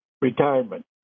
retirement